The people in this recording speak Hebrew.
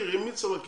מי צריך להכיר?